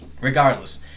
Regardless